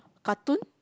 cartoon